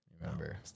Remember